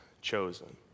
chosen